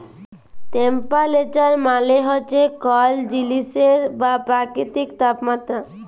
temperature মালে হছে কল জিলিসের বা পকিতির তাপমাত্রা